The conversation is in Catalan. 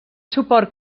suport